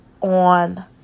on